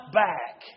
back